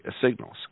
signals